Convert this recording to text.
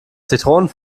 zitronen